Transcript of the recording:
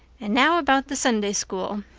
and now about the sunday school.